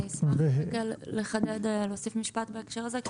אני אשמח לחדד, להוסיף משפט בהקשר הזה.